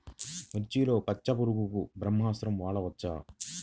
మిర్చిలో పచ్చ పురుగునకు బ్రహ్మాస్త్రం వాడవచ్చా?